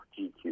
GQ